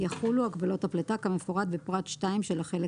יחולו הגבלות הפליטה כמפורט בפרט 2 של החלק